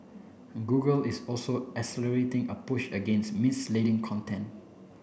google is also accelerating a push against misleading content